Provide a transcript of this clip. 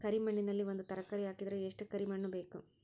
ಕರಿ ಮಣ್ಣಿನಲ್ಲಿ ಒಂದ ತರಕಾರಿ ಹಾಕಿದರ ಎಷ್ಟ ಕರಿ ಮಣ್ಣು ಬೇಕು?